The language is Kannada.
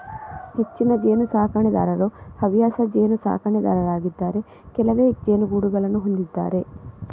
ಹೆಚ್ಚಿನ ಜೇನು ಸಾಕಣೆದಾರರು ಹವ್ಯಾಸ ಜೇನು ಸಾಕಣೆದಾರರಾಗಿದ್ದಾರೆ ಕೆಲವೇ ಜೇನುಗೂಡುಗಳನ್ನು ಹೊಂದಿದ್ದಾರೆ